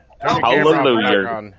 Hallelujah